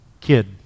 Kid